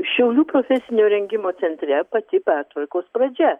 šiaulių profesinio rengimo centre pati pertvarkos pradžia